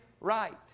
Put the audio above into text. right